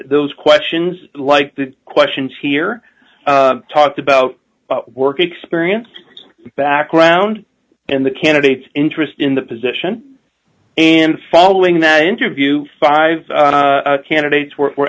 those questions like the questions here talked about work experience background and the candidate's interest in the position and following that interview five candidates were